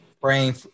praying